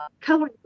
color